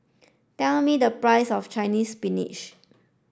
tell me the price of Chinese Spinach